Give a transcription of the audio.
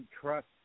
trust